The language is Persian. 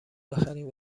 بخریم